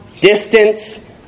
Distance